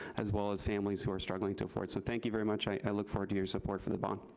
as well as families who are struggling to afford. so thank you very much. i look forward to your support for the bond.